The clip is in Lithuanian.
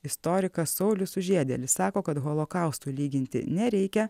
istorikas saulius sužiedėlis sako kad holokausto lyginti nereikia